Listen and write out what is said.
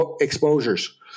exposures